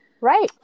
right